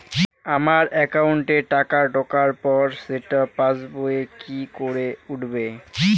আমার একাউন্টে টাকা ঢোকার পর সেটা পাসবইয়ে কি করে উঠবে?